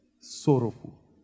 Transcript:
sorrowful